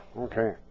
Okay